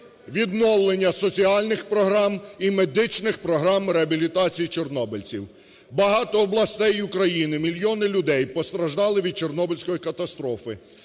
відновлення соціальних програм і медичних програм реабілітації чорнобильців. Багато областей України, мільйони людей постраждали від Чорнобильської катастрофи.